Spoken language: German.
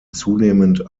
zunehmend